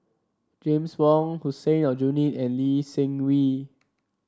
James Wong Hussein Aljunied and Lee Seng Wee